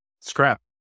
Scrap